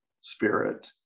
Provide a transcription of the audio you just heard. spirit